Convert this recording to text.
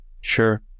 Sure